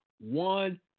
one